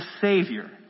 Savior